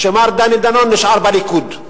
כי מר דני דנון נשאר בליכוד.